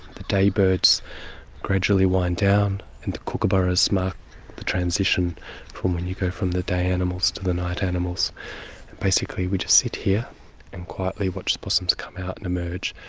the day birds gradually wind down and the kookaburras mark the transition from when you go from the day animals to the night animals, and basically we just sit here and quietly watch the possums come out and emerge.